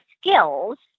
skills